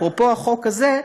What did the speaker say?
אפרופו החוק הזה,